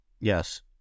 Yes